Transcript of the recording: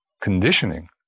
conditioning